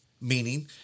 meaning